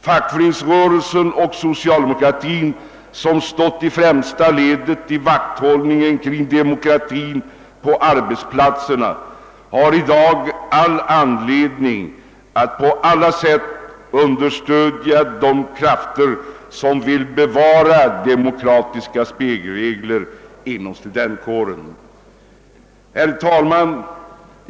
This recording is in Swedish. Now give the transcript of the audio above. Fackföreningsrörelsen och socialdemokratin i Övrigt, som stått i främsta ledet i vakthållningen kring demokratin på arbetsplatserna, har i dag all anledning att på alla sätt understödja de krafter som vill bevara demokratiska spelregler inom studentkåren. Herr talman!